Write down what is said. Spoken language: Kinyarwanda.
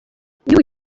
igihugu